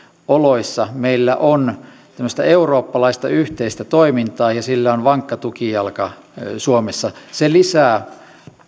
oloissa meillä on tämmöistä eurooppalaista yhteistä toimintaa ja sillä on vankka tukijalka suomessa se lisää